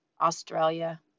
Australia